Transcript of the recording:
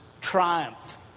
triumph